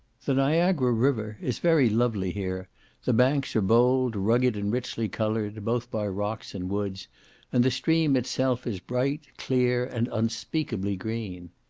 the niagara river is very lovely here the banks are bold, rugged, and richly coloured, both by rocks and woods and the stream itself is bright, clear, and unspeakably green.